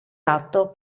atto